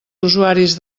usuaris